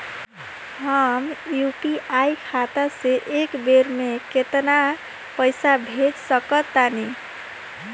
हम यू.पी.आई खाता से एक बेर म केतना पइसा भेज सकऽ तानि?